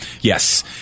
Yes